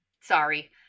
Sorry